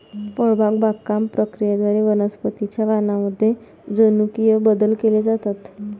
फळबाग बागकाम प्रक्रियेद्वारे वनस्पतीं च्या वाणांमध्ये जनुकीय बदल केले जातात